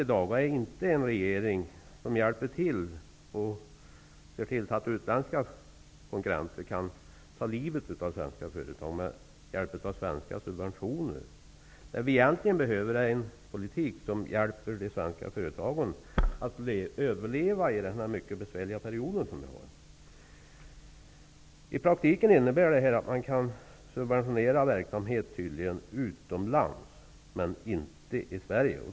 I dag behövs inte en regering som hjälper utländska konkurrenter att ta livet av svenska företag med hjälp av svenska subventioner. Det behövs egentligen en politik som hjälper de svenska företagen att överleva i den besvärliga period landet lever i. I praktiken innebär detta tydligen att det går att subventionera verksamhet utomlands men inte i Sverige.